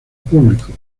público